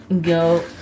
Go